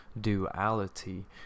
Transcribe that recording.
duality